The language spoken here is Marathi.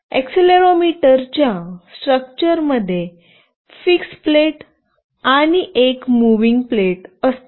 एक्सेलेरोमीटरच्या स्ट्रक्चर मध्ये फिक्सप्लेट आणि एक मूव्हिंगप्लेट असते